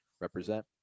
Represent